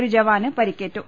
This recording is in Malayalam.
ഒരു ജവാന് പരിക്കേറ്റു